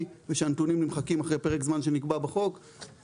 ושהנתונים נמחקים אחרי פרק זמן שנקבע בחוק.